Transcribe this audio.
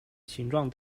形状